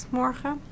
morgen